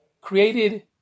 created